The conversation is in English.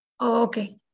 okay